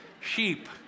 sheep